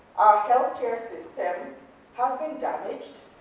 healthcare system has been damaged,